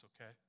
okay